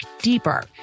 deeper